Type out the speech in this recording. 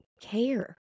care